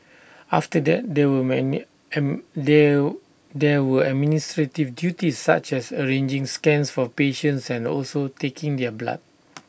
after that there would many there there were administrative duties such as arranging scans for patients and also taking their blood